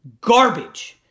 garbage